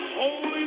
holy